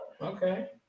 okay